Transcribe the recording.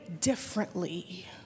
differently